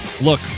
Look